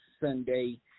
Sunday